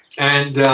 and,